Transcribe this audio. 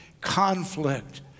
conflict